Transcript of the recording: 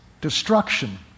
destruction